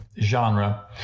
genre